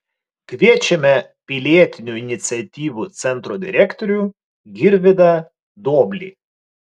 kviečiame pilietinių iniciatyvų centro direktorių girvydą duoblį